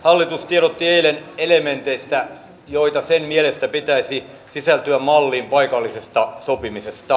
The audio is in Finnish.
hallitus tiedotti eilen elementeistä joita sen mielestä pitäisi sisältyä malliin paikallisesta sopimisesta